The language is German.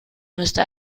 müsste